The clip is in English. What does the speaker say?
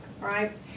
right